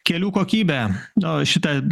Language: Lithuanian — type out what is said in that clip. kelių kokybė nu šitą